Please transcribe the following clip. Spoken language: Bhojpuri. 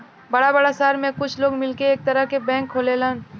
बड़ा बड़ा सहर में कुछ लोग मिलके एक तरह के बैंक खोलेलन